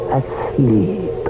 asleep